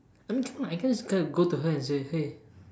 I mean come on I can't just go to her and say !hey!